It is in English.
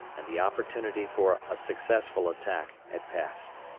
and the opportunity for a successful attack had passed.